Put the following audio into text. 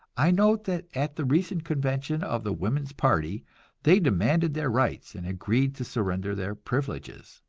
i note that at the recent convention of the woman's party they demanded their rights and agreed to surrender their privileges.